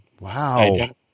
Wow